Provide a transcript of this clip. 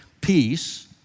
peace